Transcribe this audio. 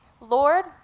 Lord